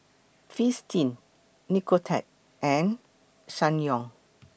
Fristine Nicorette and Ssangyong